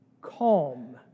calm